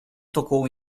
tocou